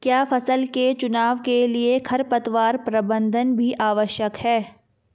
क्या फसल के चुनाव के लिए खरपतवार प्रबंधन भी आवश्यक है?